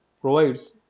provides